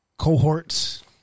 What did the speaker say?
cohorts